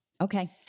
Okay